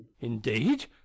Indeed